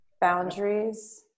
boundaries